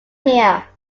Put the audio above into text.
here